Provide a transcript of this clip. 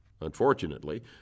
Unfortunately